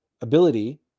ability